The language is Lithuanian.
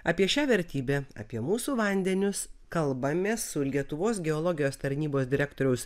apie šią vertybę apie mūsų vandenius kalbamės su lietuvos geologijos tarnybos direktoriaus